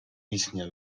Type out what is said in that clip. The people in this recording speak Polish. istniał